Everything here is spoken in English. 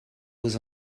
was